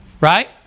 right